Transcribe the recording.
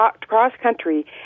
cross-country